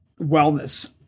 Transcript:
wellness